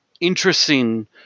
interesting